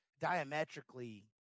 diametrically